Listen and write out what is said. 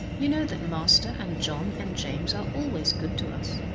you know that master, and john and james are always good to us,